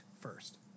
first